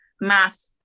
math